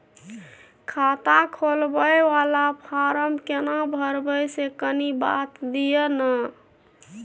खाता खोलैबय वाला फारम केना भरबै से कनी बात दिय न?